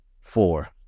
four